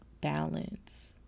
balance